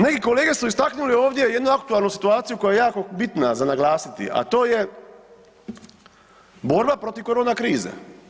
Neki kolege su istaknuli ovdje jednu aktualnu situaciju koja je jako bitna za naglasiti, a to je borba protiv korona krize.